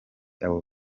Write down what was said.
abo